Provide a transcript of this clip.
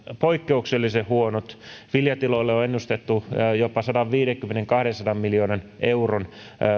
poikkeuksellisen huonot viljatiloille on ennustettu jopa sadanviidenkymmenen viiva kahdensadan miljoonan euron